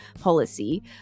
policy